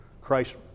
Christ